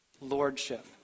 Lordship